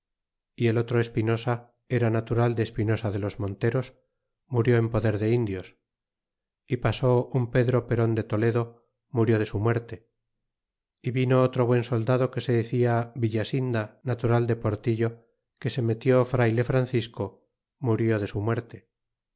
y el otro espinosa era natural de espinosa de los monteros murió en poder de indios e pasó un pedro peron de toledo murió de su muerte e vino otro buen soldado que se decia villasinda natural de portillo que se metió frayle francisco murió de su muerte